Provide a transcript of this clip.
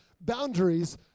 boundaries